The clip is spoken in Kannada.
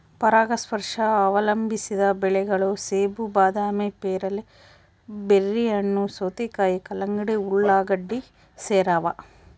ಪರಾಗಸ್ಪರ್ಶ ಅವಲಂಬಿಸಿದ ಬೆಳೆಗಳು ಸೇಬು ಬಾದಾಮಿ ಪೇರಲೆ ಬೆರ್ರಿಹಣ್ಣು ಸೌತೆಕಾಯಿ ಕಲ್ಲಂಗಡಿ ಉಳ್ಳಾಗಡ್ಡಿ ಸೇರವ